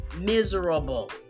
miserable